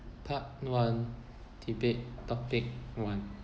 part one debate topic one